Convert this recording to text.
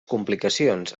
complicacions